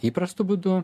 įprastu būdu